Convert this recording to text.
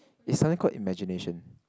is something called imagination